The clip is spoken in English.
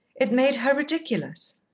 it made her ridiculous,